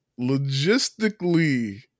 logistically